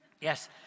Yes